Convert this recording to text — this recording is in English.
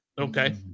Okay